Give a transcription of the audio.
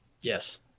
Yes